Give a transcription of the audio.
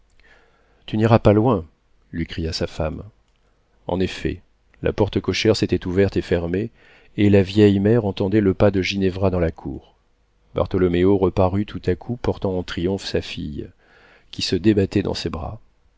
tu n'iras pas loin lui cria sa femme en effet la porte cochère s'était ouverte et fermée et la vieille mère entendait le pas de ginevra dans la cour bartholoméo reparut tout à coup portant en triomphe sa fille qui se débattait dans ses bras